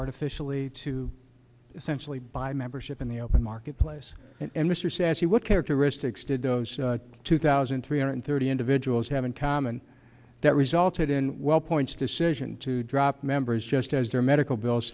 artificially to essentially by membership in the open marketplace and mr says he what characteristics did those two thousand three hundred thirty individuals have in common that resulted in well points decision to drop members just as their medical bills